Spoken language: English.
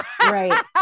Right